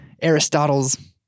Aristotle's